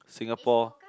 Singapore